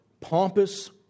pompous